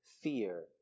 fear